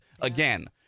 again